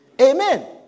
Amen